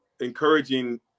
encouraging